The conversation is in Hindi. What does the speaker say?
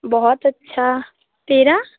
बहुत अच्छा तेरा